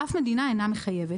אבל אף מדינה אינה מחייבת.